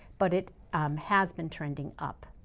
but it has been trending up.